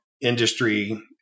industry